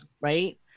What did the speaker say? right